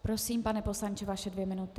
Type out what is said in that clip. Prosím, pane poslanče, vaše dvě minuty.